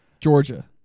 Georgia